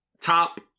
top